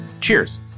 Cheers